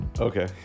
Okay